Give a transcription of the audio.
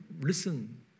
listen